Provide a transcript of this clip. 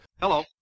Hello